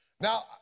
Now